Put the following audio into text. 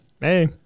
hey